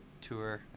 tour